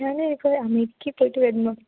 ഞാൻ ഇപ്പോൾ അമേരിക്കയിൽ പോയിട്ടു വരുന്നു